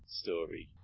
story